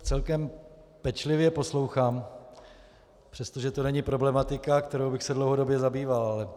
Celkem pečlivě to poslouchám, přestože to není problematika, kterou bych se dlouhodobě zabýval.